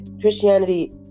Christianity